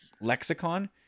lexicon